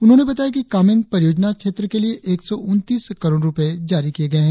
उन्होंने बताया कि कामेंग परियोजना क्षेत्र के लिए एक सौ उन्तीस करोड़ रुपए जारी किए गए है